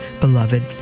beloved